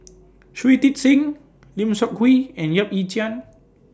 Shui Tit Sing Lim Seok Hui and Yap Ee Chian